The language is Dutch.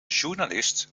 journalist